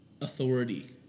authority